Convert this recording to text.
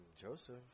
Joseph